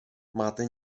máte